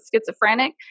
schizophrenic